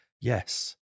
Yes